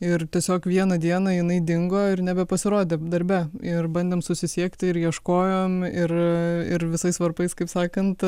ir tiesiog vieną dieną jinai dingo ir nebepasirodė darbe ir bandėm susisiekti ir ieškojom ir ir visais varpais kaip sakant